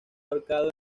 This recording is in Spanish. ahorcado